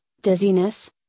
dizziness